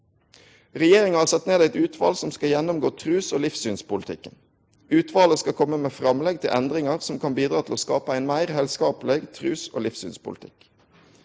Regjeringa har sett ned eit utval som skal gjennomgå trus- og livssynspolitikken. Utvalet skal komme med framlegg til endringar som kan bidra til å skape ein meir heilskapleg trus- og livssynspolitikk.